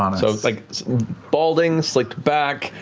um so like balding, slicked back,